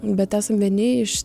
bet esam vieni iš